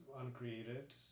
uncreated